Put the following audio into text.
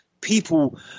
People